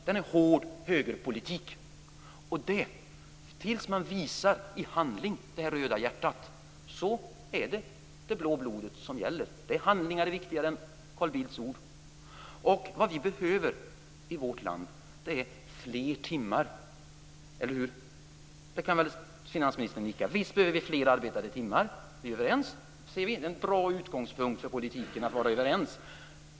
Det är en hård högerpolitik. Tills man i handling visar det röda hjärtat gäller det blå blodet. Handlingar är viktigare än Carl Bildts ord. Vad vi behöver i vårt land är fler arbetade timmar, eller hur? Det kan väl finansministern nicka till? Vi är överens. Det är en bra utgångspunkt för politiken att man är överens.